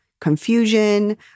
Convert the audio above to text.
confusion